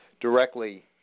directly